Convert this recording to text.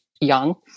young